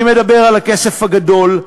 אני מדבר על הכסף הגדול,